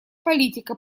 политика